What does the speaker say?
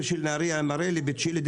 מה שאנחנו --- מה שמוכן צריך